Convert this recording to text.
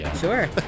Sure